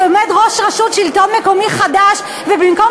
שעומד ראש רשות השלטון המקומי חדש ובמקום